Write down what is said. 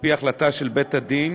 על-פי החלטה של בית-הדין